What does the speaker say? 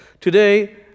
Today